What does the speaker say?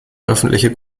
öffentliche